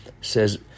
says